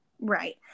Right